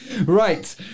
right